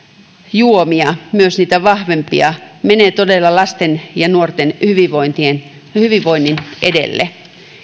juomia myös niitä vahvempia menee todella lasten ja nuorten hyvinvoinnin edelle